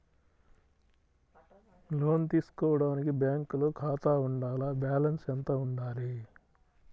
లోను తీసుకోవడానికి బ్యాంకులో ఖాతా ఉండాల? బాలన్స్ ఎంత వుండాలి?